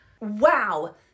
Wow